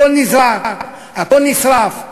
הכול נזרק, הכול נשרף,